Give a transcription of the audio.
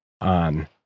on